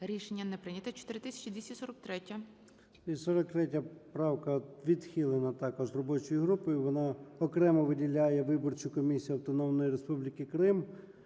Рішення не прийнято. 4494